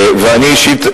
ואני אישית,